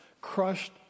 crushed